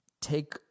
take